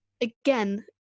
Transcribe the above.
again